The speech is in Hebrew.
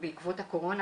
בעיקר בעקבות הקורונה,